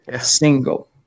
single